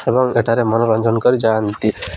ଏବଂ ଏଠାରେ ମନୋରଞ୍ଜନ କରି ଯାଆନ୍ତି